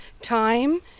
time